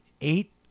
eight